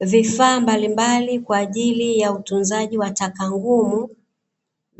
Vifaa mbalimbali kwa ajili ya utunzaji wa taka ngumu,